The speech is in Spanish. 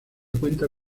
cuenta